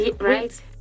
right